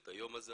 את היום הזה,